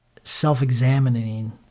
self-examining